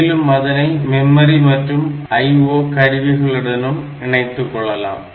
மேலும் அதனை மெமரி மற்றும் IO கருவிகளுடனும் இணைத்துக்கொள்ளலாம்